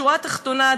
שורה תחתונה,